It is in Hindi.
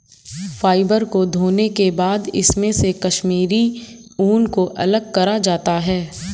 फ़ाइबर को धोने के बाद इसमे से कश्मीरी ऊन को अलग करा जाता है